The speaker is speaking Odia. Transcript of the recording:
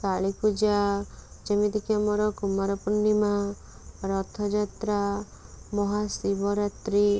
କାଳୀପୂଜା ଯେମିତିକି ଆମର କୁମାରପୂର୍ଣ୍ଣିମା ରଥଯାତ୍ରା ମହାଶିବରାତ୍ରୀ